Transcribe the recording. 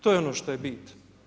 To je ono što je bit.